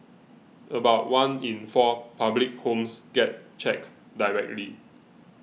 about one in four public homes gets checked directly